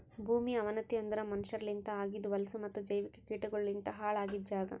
ಭೂಮಿಯ ಅವನತಿ ಅಂದುರ್ ಮನಷ್ಯರಲಿಂತ್ ಆಗಿದ್ ಹೊಲಸು ಮತ್ತ ಜೈವಿಕ ಕೀಟಗೊಳಲಿಂತ್ ಹಾಳ್ ಆಗಿದ್ ಜಾಗ್